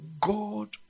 God